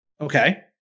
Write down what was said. Okay